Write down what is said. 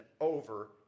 over